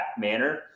manner